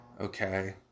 okay